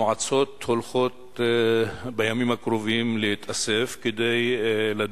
המועצות הולכות בימים הקרובים להתאסף כדי לדון,